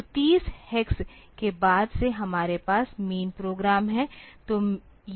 तो 30 हेक्स के बाद से हमारे पास मैन प्रोग्राम है